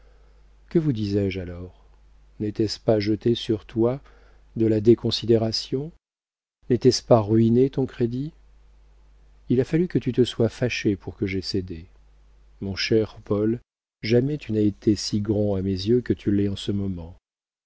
que vous disais-je alors n'était-ce pas jeter sur toi de la déconsidération n'était-ce pas ruiner ton crédit il a fallu que tu te sois fâché pour que j'aie cédé mon cher paul jamais tu n'as été si grand à mes yeux que tu l'es en ce moment